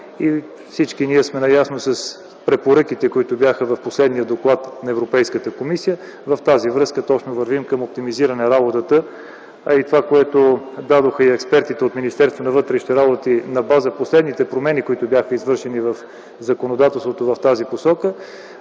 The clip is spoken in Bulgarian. Всички ние сме наясно с препоръките, които бяха дадени в последния доклад на Европейската комисия. Точно в тази връзка вървим към оптимизиране на работата. Това, което дадоха и експертите в Министерството на вътрешните работи на базата на последните промени, извършени в законодателството в тази посока,